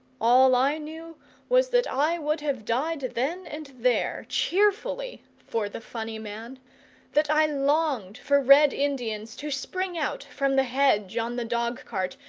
all i knew was that i would have died then and there, cheerfully, for the funny man that i longed for red indians to spring out from the hedge on the dog-cart,